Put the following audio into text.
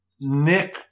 Nick